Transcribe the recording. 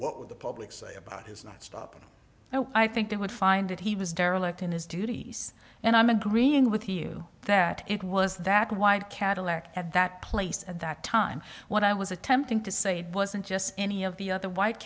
what with the public say about his not stopping now i think they would find that he was derelict in his duties and i'm agreeing with you that it was that white cadillac at that place at that time what i was attempting to say it wasn't just any of the other white